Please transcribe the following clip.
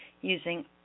using